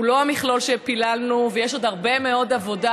הוא לא המכלול שפיללנו ויש עוד הרבה מאוד עבודה,